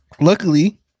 Luckily